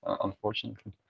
unfortunately